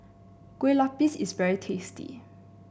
Kue Lupis is very tasty